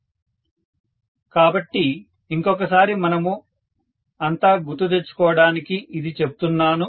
professor student సంభాషణ ముగుస్తుంది కాబట్టి ఇంకొకసారి మనము అంతా గుర్తు తెచ్చుకోవడానికి ఇది చెప్తున్నాను